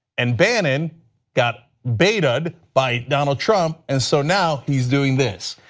and bannon got baited by donald trump and so now he's doing this.